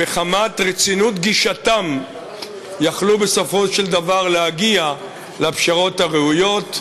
שמחמת רצינות גישתם יכלו בסופו של דבר להגיע לפשרות הראויות,